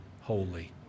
holy